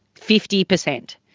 fifty percent!